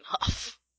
enough